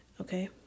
okay